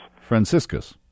Franciscus